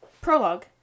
Prologue